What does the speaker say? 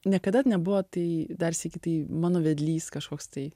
niekada nebuvo tai dar sykį tai mano vedlys kažkoks tai